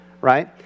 right